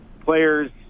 players